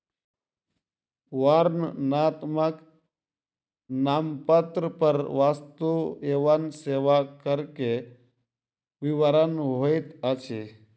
वर्णनात्मक नामपत्र पर वस्तु एवं सेवा कर के विवरण होइत अछि